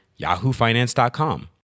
yahoofinance.com